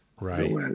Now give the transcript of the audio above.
right